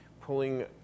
pulling